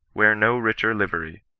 wear no richer livery,